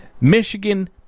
Michigan